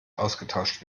ausgetauscht